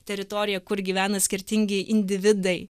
teritoriją kur gyvena skirtingi individai